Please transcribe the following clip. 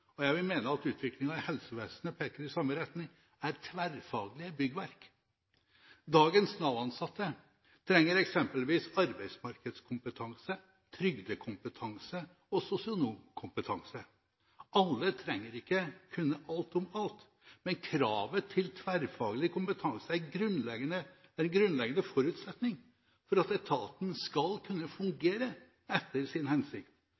og jeg vil mene at utviklingen i helsevesenet peker i samme retning – er tverrfaglige byggverk. Dagens Nav-ansatte trenger eksempelvis arbeidsmarkedskompetanse, trygdekompetanse og sosionomkompetanse. Alle trenger ikke kunne alt om alt, men kravet til tverrfaglig kompetanse er en grunnleggende forutsetning for at etaten skal kunne fungere etter sin hensikt.